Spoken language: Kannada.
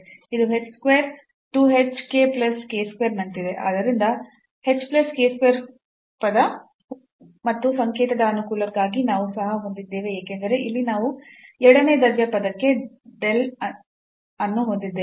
ಇದು h square two h k plus k square ನಂತಿದೆ ಆದ್ದರಿಂದ h plus k whole square ಪದ ಮತ್ತು ಸಂಕೇತದ ಅನುಕೂಲಕ್ಕಾಗಿ ನಾವು ಸಹ ಹೊಂದಿದ್ದೇವೆ ಏಕೆಂದರೆ ಇಲ್ಲಿ ನಾವು ಎರಡನೇ ದರ್ಜೆಯ ಪದಕ್ಕೆ del ಅನ್ನು ಹೊಂದಿದ್ದೇವೆ